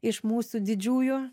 iš mūsų didžiųjų